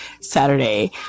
Saturday